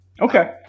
Okay